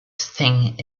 thing